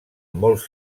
molts